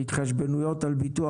והתחשבנויות על ביטוח,